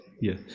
yes